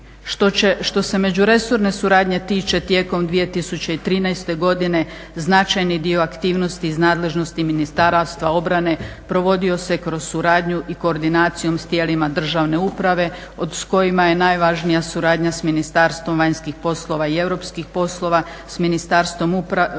Što se međuresorne suradnje tiče tijekom 2013. godine značajni dio aktivnosti iz nadležnosti Ministarstva obrane provodio se kroz suradnju i koordinacijom s tijelima državne uprave s kojima je najvažnija suradnja s Ministarstvom vanjskih poslova i europskih poslova, s Ministarstvom